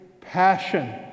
passion